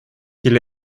qu’il